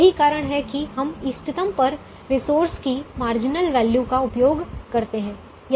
यही कारण है कि हम इष्टतम पर रिसोर्स की मार्जिनल वैल्यू का उपयोग करते हैं